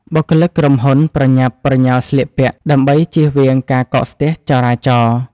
បុគ្គលិកក្រុមហ៊ុនប្រញាប់ប្រញាល់ស្លៀកពាក់ ដើម្បីជៀសវាងការកកស្ទះចរាចរណ៍។